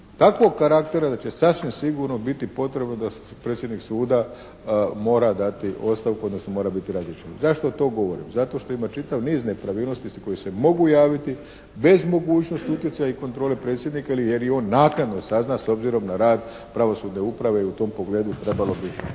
takvog karaktera da će sasvim sigurno biti potrebno da predsjednik suda mora dati ostavku, odnosno mora biti razriješen. Zašto to govorim? Zato što ima čitav niz nepravilnosti koje se mogu javiti bez mogućnosti utjecaja i kontrole predsjednika jer i on naknadno sazna s obzirom na rad pravosudne uprave i u tom pogledu trebalo bi